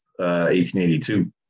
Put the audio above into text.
1882